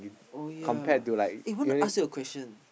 oh ya eh want to ask you a question